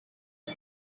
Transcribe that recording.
you